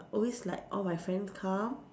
always like all my friends come